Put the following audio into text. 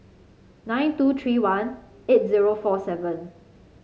nine two three one eight zero four seven